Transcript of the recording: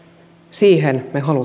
siihen